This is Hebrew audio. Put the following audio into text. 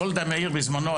גולדה מאיר בזמנו,